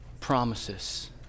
promises